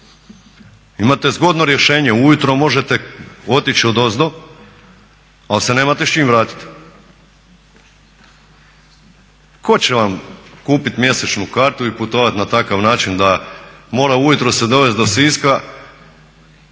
Imate zgodno rješenje ujutro možete otići odozdo, ali se nemate s čime vratiti. Ko će vam kupiti mjesečnu kartu i putovat na takav način da mora ujutro se dovest do Siska